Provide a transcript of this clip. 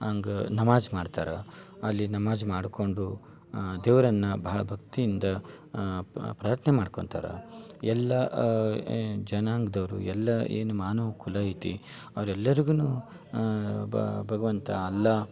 ಹಂಗೆ ನಮಾಜ್ ಮಾಡ್ತಾರೆ ಅಲ್ಲಿ ನಮಾಜ್ ಮಾಡ್ಕೊಂಡು ದೇವರನ್ನ ಭಾಳ ಭಕ್ತಿಯಿಂದ ಪ್ರಾರ್ಥ್ನೆ ಮಾಡ್ಕೊಂತಾರೆ ಎಲ್ಲ ಜನಾಂಗ್ದವರು ಎಲ್ಲ ಏನು ಮಾನವ ಕುಲ ಐತಿ ಅವ್ರೆಲ್ಲರಿಗೂ ಭಗವಂತ ಅಲ್ಲ